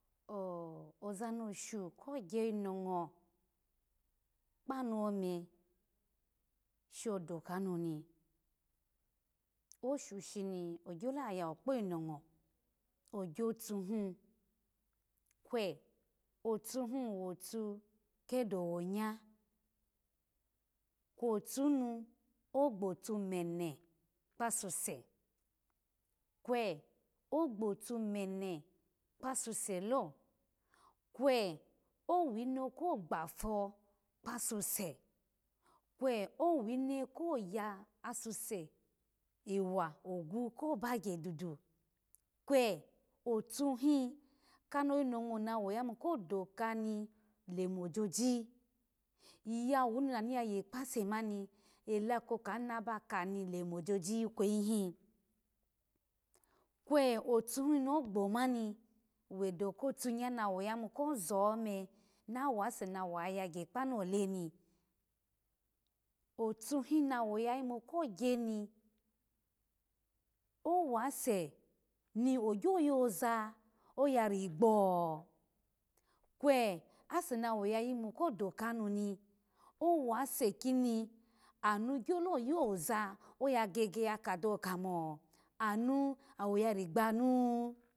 Oza ni oshu ko gyo yi no ngo kpanu imesbo doka hin ni, oshu shini ogyolo yawu kpoyi no ngo ogyo tuhi kwe otuhin wotu ke do wo nya kwo tuhin ogbotu me ne kpasuse kwe ogbotu me ne kpa suse lo, kwe awine ko gbafo kpasuse, kwe owine ko ya asuse ewa ogu ko bagya dudu, kwe otuhin kano yino ngo nawa yayimu kodokahin ni lomo ji, iyawu ni na nu yaye kpase mani elekokahin naba kani lemo joji ikweyi hin, kwe otuhun no gbo mani wedo kotu nya nawo yagya kpanu oleni, otuhi nawo yayi mu ko gyoni owase ni ogyo yoza oyarigbo kwe ase nowo ya yimu ko doka nuni owase kini anu gyolo yoza oyagege yakado kamo ana awo yari gbanu